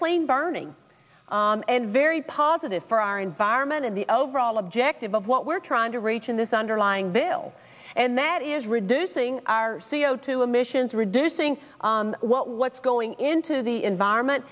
clean burning and very positive for our environment and the overall objective of what we're trying to reach in this underlying bill and that is reducing our c o two emissions reducing what what's going into the environment